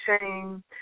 shame